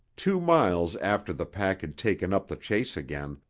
two miles after the pack had taken up the chase again,